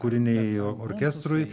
kūriniai orkestrui